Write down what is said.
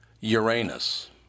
Uranus